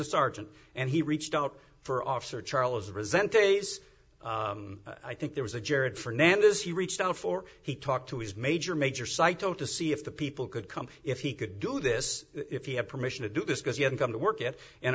a sergeant and he reached out for officer charles resent days i think there was a jared fernandez he reached out for he talked to his major major psycho to see if the people could come if he could do this if you have permission to do this because you have come to work it and